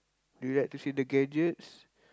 do you like to see the gadgets